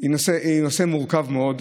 הנושא מורכב מאוד.